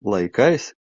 laikais